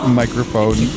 microphone